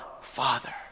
Father